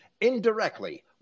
Indirectly